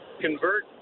convert